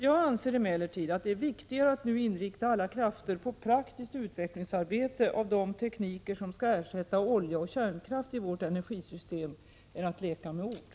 Jag anser emellertid att det är viktigare att nu inrikta alla krafter på praktiskt utvecklingsarbete av de tekniker som skall ersätta olja och kärnkraft i vårt energisystem än att leka med ord.